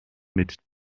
mit